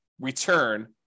return